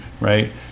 right